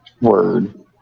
Word